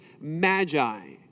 magi